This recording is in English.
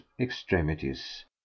extremities